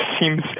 seems